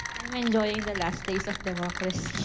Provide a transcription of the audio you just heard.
i'm enjoying the last days of democracy.